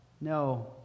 No